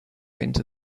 into